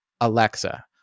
Alexa